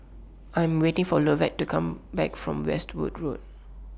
I'm waiting For Lovett to Come Back from Westwood Road